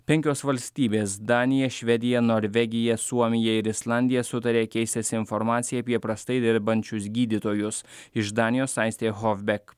penkios valstybės danija švedija norvegija suomija ir islandija sutarė keistis informacija apie prastai dirbančius gydytojus iš danijos aistė hofbek